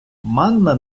манна